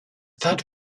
that